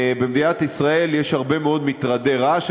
במדינת ישראל יש הרבה מאוד מטרדי רעש,